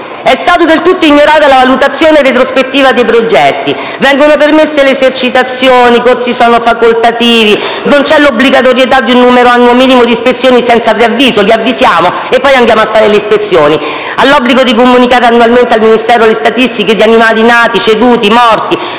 È stata del tutto ignorata la valutazione retrospettiva dei progetti. Vengono permesse le esercitazioni, i corsi sono facoltativi, non c'è l'obbligatorietà di un numero annuo minimo di ispezioni senza preavviso: li avvisiamo e poi facciamo le ispezioni. Obbligo di comunicare annualmente al Ministero le statistiche relative agli animali nati, ceduti, morti.